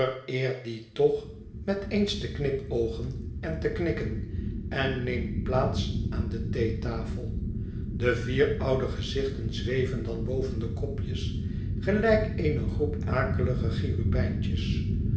dien toch met eens te knipoogen en te knikken en neemt plaats aan de theetafel de vier oude gezichten zweven dan boven de kopjes gelijk eene groep akelige